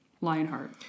Lionheart